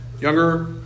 Younger